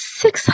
six